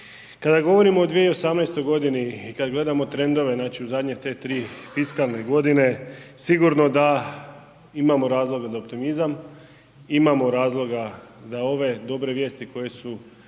Kada govorimo od 2018. g. i kad gledamo trendove, znači u zadnje te 3 fiskalne godine, sigurno da imamo razloga za optimizam, imamo razloga da ove dobre vijesti koje su